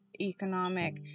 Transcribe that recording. economic